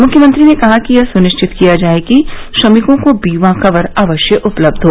मुख्यमंत्री ने कहा कि यह सुनिश्चित किया जाए कि श्रमिकों को बीमा कवर अवश्य उपलब्ध हो